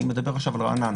אני מדבר עכשיו על רעננה.